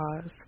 cause